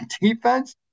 defense